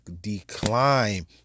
decline